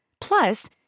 Plus